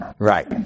Right